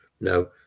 No